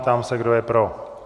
Ptám se, kdo je pro.